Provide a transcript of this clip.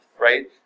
right